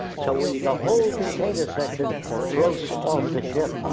so we've the whole container section floats off the ship.